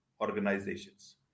organizations